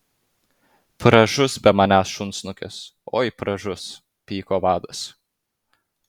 pražus be manęs šunsnukis oi pražus pyko vadas